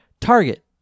Target